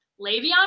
Le'Veon